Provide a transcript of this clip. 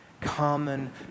common